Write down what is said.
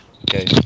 Okay